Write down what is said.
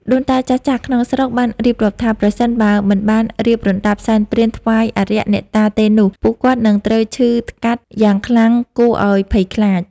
ដូនតាចាស់ៗក្នុងស្រុកបានរៀបរាប់ថា ប្រសិនបើមិនបានរៀបរណ្ដាប់សែនព្រេនថ្វាយអារក្ស អ្នកតាទេនោះ ពួកគាត់នឹងត្រូវឈឺថ្កាត់យ៉ាងខ្លាំងគួរឲ្យភ័យខ្លាច។